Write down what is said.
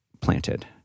planted